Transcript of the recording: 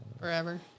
forever